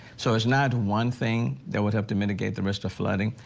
so it's not one thing that would have to mitigate the midst of flooding.